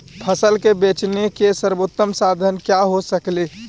फसल के बेचने के सरबोतम साधन क्या हो सकेली?